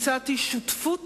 הצעתי שותפות